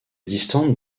distante